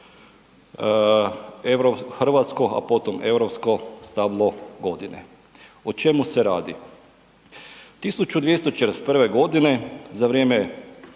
hrvatsko, a potom europsko stablo godine. O čemu se radi. 1241. godine za vrijeme